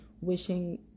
wishing